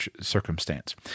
circumstance